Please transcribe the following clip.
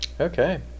Okay